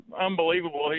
unbelievable